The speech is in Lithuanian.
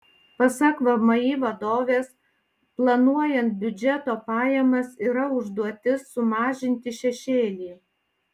pasak vmi vadovės planuojant biudžeto pajamas yra užduotis sumažinti šešėlį